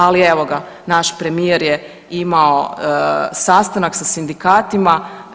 Ali evo ga, naš premijer je imao sastanak sa sindikatima.